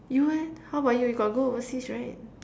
you leh how about you you got go overseas right